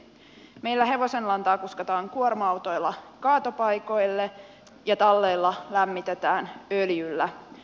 meillä hevosenlantaa kuskataan kuorma autoilla kaatopaikoille ja talleilla lämmitetään öljyllä